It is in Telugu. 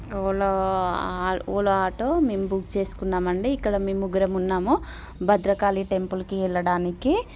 ఓలా ఓలా ఆటో మేము బుక్ చేసుకున్నాము అండి ఇక్కడ మేము ముగ్గురం ఉన్నాము భద్రకాళి టెంపుల్కి వెళ్ళడానికి